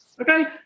Okay